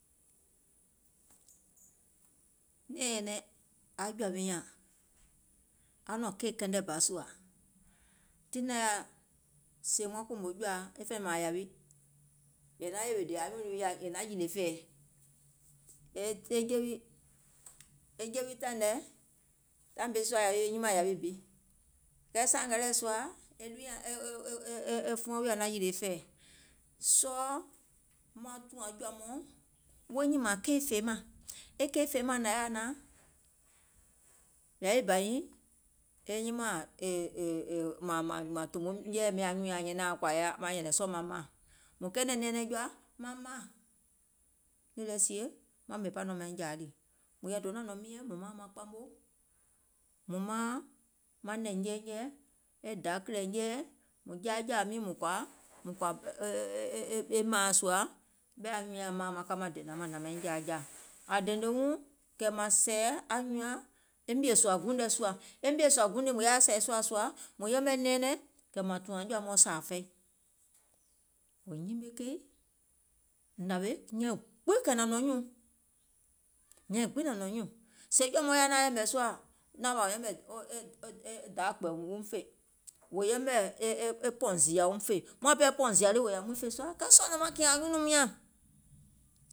Nɛ̀ɛŋ nyɛnɛŋ aŋ jɔ̀ȧ wi nyȧŋ aŋ nɔ̀ŋ keì kɛnɛ bȧ sùȧ, tiŋ nȧŋ yaȧ sèèm maŋ kòmò jɔ̀ȧa, e fè mȧȧŋ yȧwi, è naŋ yèwè dìì anyuùŋ wi nyȧŋ è naŋ yìlè fɛ̀ɛ̀ e je wi taìŋ nɛ, taìŋ bi sùȧ yȧwi e nyimȧȧŋ yȧwi bi, kɛɛ sȧȧmɛ lɛɛ̀ sùȧ, e fuɔŋ wiɔ̀ naŋ yìlè fɛ̀ɛ̀, sɔɔ̀ maŋ tùȧŋ jɔ̀ȧ mɔɔ̀ŋ wo nyìmȧŋ keì fèemȧŋ, e keì fèemȧŋ nȧŋ yaȧ naȧŋ, yȧwi bȧ nyiŋ, e nyimȧȧŋ mȧŋ tòmo nyɛɛ̀ɛ̀ mɛɛ̀ŋ ȧŋ nyɛnɛŋ sɔɔ̀ maŋ ka maŋ maȧŋ, mùŋ kɛɛnɛ̀ŋ nɛɛnɛŋ jɔa, maŋ maȧŋ, nìì lɛ sie, maŋ ɓèmè paiŋ nɔ̀ɔŋ maiŋ jȧȧ ɗì, mùŋ donȧŋ nɔ̀ŋ miinyɛŋ, mùŋ maȧŋ maŋ kpamò, mùŋ maȧŋ manɛ̀ŋ nyɛɛnyɛ̀ɛ̀, e da kìlɛ̀ nyɛɛ̀ɛ̀, kɛ̀ mȧŋ sɛ̀ɛ̀ anyùùŋ nyaŋ e mièsùȧguùŋ nɛ sùȧ, e mìèsùȧguùŋ lii mùŋ yaȧ yɛi sɛ̀ɛ sùȧ sùȧ, mùŋ yɛmɛ̀ nɛɛnɛŋ kɛ̀ mȧŋ tùȧŋ jɔ̀ȧ mɔɔ̀ŋ sȧȧŋ fɛi, wò nyime keì nȧwèe, nyɛ̀iŋ gbiŋ kɛ̀ nȧŋ nɔ̀ŋ nyùùŋ, nyɛ̀iŋ gbiŋ nȧŋ nɔ̀ŋ nyùùŋ, sèè jɔ̀ȧ mɔɔ̀ŋ yaȧ naȧŋ yɛ̀mɛ̀ sùȧ ɗɔɔbȧ wò yɛmɛ̀ daȧkpɛ̀ɛ̀ùŋ woum fè, wò yɛmɛ̀ e pɔ̀ùŋ zììyà woum fè, e pɔ̀ùŋ zììyà lii wò yȧ mùìŋ fè sùȧ, kɛɛ sɔɔ̀ nɔŋ maŋ kìɛ̀ŋ anyunùum nyȧŋ